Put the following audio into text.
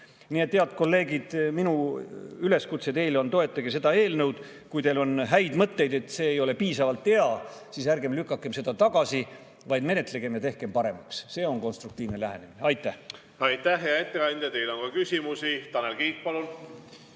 Nii et, head kolleegid, minu üleskutse teile on: toetage seda eelnõu. Kui teil on häid mõtteid või kui see ei ole piisavalt hea, siis ärgem lükakem seda tagasi, vaid menetlegem ja tehkem paremaks – see on konstruktiivne lähenemine. Aitäh! Aitäh, hea ettekandja! Teile on ka küsimusi. Tanel Kiik, palun!